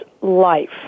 life